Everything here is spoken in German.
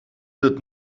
wird